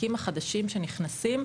התיקים החדשים שנכנסים,